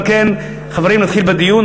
על כן, חברים, נתחיל בדיון.